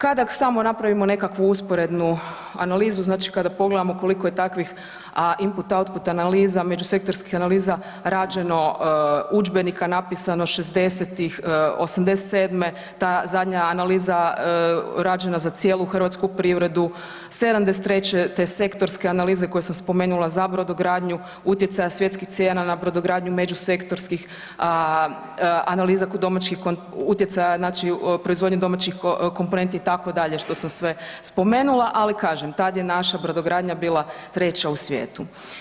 Kada samo napravimo nekakvu usporednu analizu, znači kada pogledamo koliko je takvih input, output analiza, međusektorskih analiza rađeno, udžbenika napisano '60.-tih, '87. ta zadnja analiza rađena za cijelu hrvatsku privredu, '73. te sektorske analize koje sam spomenula za brodogradnju, utjecaja svjetskih cijena na brodogradnju, međusektorskih analiza domaćih, utjecaja znači proizvodnja domaćih komponenti itd., što sam sve spomenula, ali kažem tad je naša brodogradnja bila 3 u svijetu.